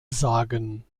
sagen